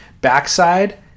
Backside